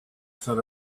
that